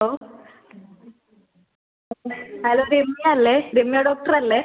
hello hello Ramya അല്ലേ രമ്യ ഡോക്ടറല്ലേ